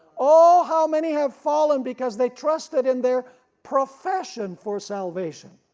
oh, how many have fallen because they trusted in their profession for salvation!